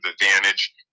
advantage